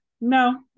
No